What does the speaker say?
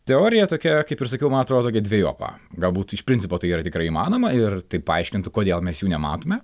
teorija tokia kaip ir sakiau man atrodo tokia dvejopa galbūt iš principo tai yra tikrai įmanoma ir tai paaiškintų kodėl mes jų nematome